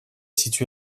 situé